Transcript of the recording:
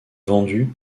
vendue